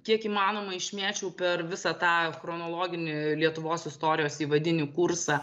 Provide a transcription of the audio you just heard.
kiek įmanoma išmėčiau per visą tą chronologinį lietuvos istorijos įvadinį kursą